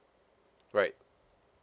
right